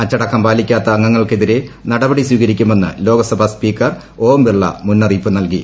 അച്ചടക്കം പാലിക്കാത്ത അംഗങ്ങൾക്കെതിരെ നടപടി സ്വീകർിക്കുമെന്ന് ലോക്സഭാ സ്പീക്കർ ഓം ബിർല മുന്നകിയില്പ് നൽകി